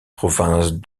provinces